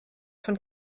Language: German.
von